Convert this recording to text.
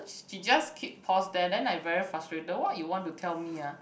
she just keep pause there then I very frustrated what you want to tell me ah